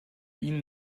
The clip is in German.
ihnen